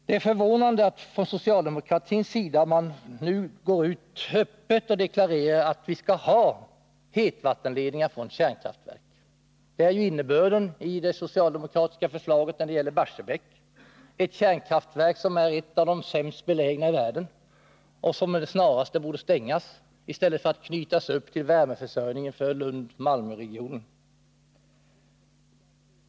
Det är förvånande att socialdemokraterna nu öppet deklarerar att vi skall ha hetvattenledningar från kärnkraftverken — det är innebörden i det socialdemokratiska förslaget när det gäller Barsebäck, ett av världens sämst belägna kärnkraftverk, som snarast borde stängas i stället för att knytas upp i värmeförsörjningen för Lund-Malmö-regionen.